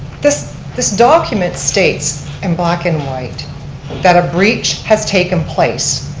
this this document states in black and white that a breach has taken place.